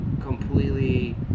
completely